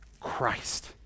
Christ